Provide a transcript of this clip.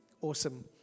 Awesome